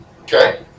Okay